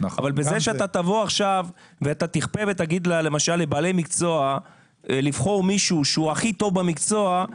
אבל בזה שתכפה ותגיד לבעלי מקצוע למשל לבחור מישהו שהוא הכי טוב במקצוע,